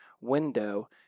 window